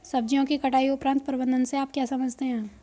सब्जियों की कटाई उपरांत प्रबंधन से आप क्या समझते हैं?